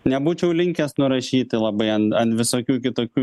nebūčiau linkęs nurašyti labai an an visokių kitokių